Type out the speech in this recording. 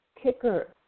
Kicker